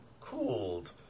cooled